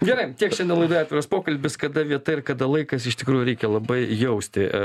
gerai tiek šiandien laidoje atviras pokalbis kada vieta ir kada laikas iš tikrųjų reikia labai jausti